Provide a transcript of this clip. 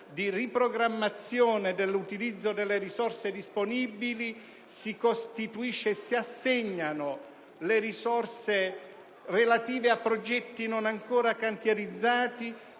di riprogrammazione dell'utilizzo delle risorse disponibili, furono costituite ed assegnate le risorse relative a progetti non ancora cantierizzati